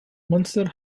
munster